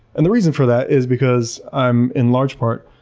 and the reason for that is because i'm, in large part,